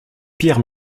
pierre